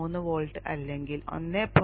3 volt അല്ലെങ്കിൽ 1